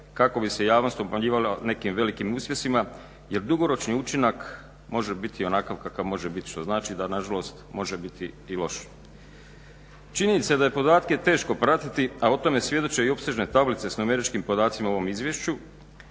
kako bi se javnost obmanjivala nekim velikim uspjesima jer dugoročni učinak može biti onakav kakav može biti, što znači da nažalost može biti i loš. Činjenica je da je podatke teško pratiti, a o tome svjedoče i opsežne tablice s numeričkim podacima u ovom izvješću